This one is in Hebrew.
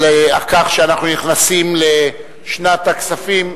על כך שאנחנו נכנסים לשנת כספים,